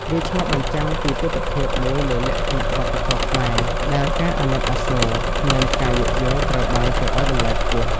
វាឆ្លុះបញ្ចាំងពីទិដ្ឋភាពមួយនៃលក្ខណៈវប្បធម៌ខ្មែរ ដែល ការអាណិតអាសូរ និងការយោគយល់ ត្រូវបានគេឱ្យតម្លៃខ្ពស់។